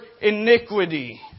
iniquity